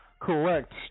correct